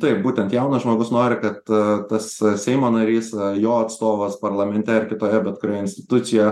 taip būtent jaunas žmogus nori kad tas seimo narys jo atstovas parlamente ar kitoje bet kurioje institucijoje